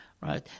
right